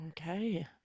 okay